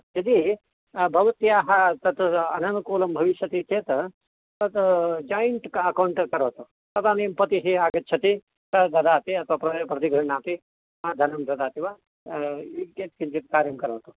यदि भवत्याः तत्र अननुकूलं भविष्यति चेत् तद् जैण्ट् अकौण्ट् करोतु तदानीं पतिः आगच्छति सः ददाति अथवा प्र प्रतिगृह्णाति धनं ददाति वा किन् किञ्चित् कार्यं करोतु